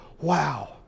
wow